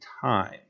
time